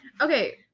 Okay